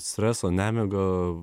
stresą nemigą